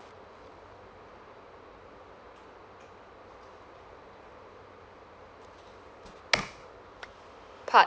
part